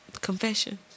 confession